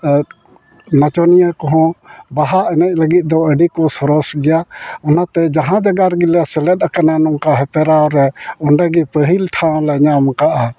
ᱱᱟᱪᱚᱱᱤᱭᱟᱹ ᱠᱚᱦᱚᱸ ᱵᱟᱦᱟ ᱮᱱᱮᱡ ᱞᱟᱹᱜᱤᱫ ᱫᱚ ᱟᱹᱰᱤ ᱠᱚ ᱥᱚᱨᱮᱥ ᱜᱮᱭᱟ ᱚᱱᱟᱛᱮ ᱡᱟᱦᱟᱸ ᱡᱟᱭᱜᱟ ᱨᱮᱜᱮ ᱞᱮ ᱥᱮᱞᱮᱫ ᱟᱠᱟᱱᱟ ᱱᱚᱝᱠᱟ ᱦᱮᱯᱨᱟᱣ ᱨᱮ ᱚᱸᱰᱮᱜᱮ ᱯᱟᱹᱦᱤᱞ ᱴᱷᱟᱶᱞᱮ ᱧᱟᱢ ᱟᱠᱟᱫᱼᱟ